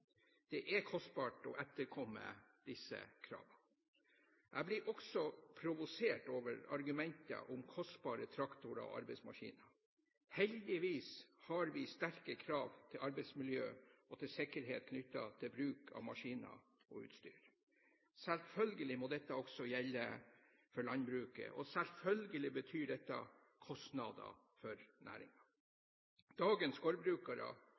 Det er kostbart å etterkomme disse kravene. Jeg blir også provosert av argumentet om kostbare traktorer og arbeidsmaskiner. Heldigvis har vi sterke krav til arbeidsmiljø og til sikkerhet knyttet til bruk av maskiner og utstyr. Selvfølgelig må dette også gjelde for landbruket, og selvfølgelig betyr dette kostnader for næringen. Dagens gårdbrukere har god utdannelse, de er